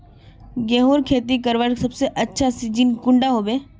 गेहूँर खेती करवार सबसे अच्छा सिजिन कुंडा होबे?